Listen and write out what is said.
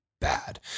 bad